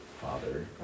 father